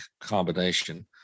combination